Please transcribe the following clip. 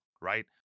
right